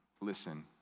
listen